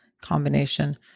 combination